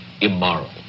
immoral